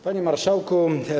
Panie Marszałku!